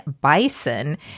bison